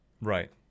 Right